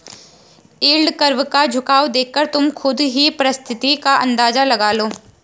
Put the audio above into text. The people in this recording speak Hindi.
यील्ड कर्व का झुकाव देखकर तुम खुद ही स्थिति का अंदाजा लगा लो